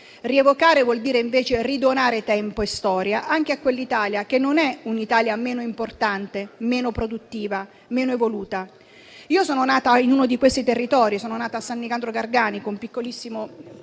Rievocare vuol dire, invece, ridonare tempo e storia anche a quell'Italia che non è un'Italia meno importante, produttiva o evoluta. Io sono nata in uno di questi territori, a San Nicandro Garganico, un piccolissimo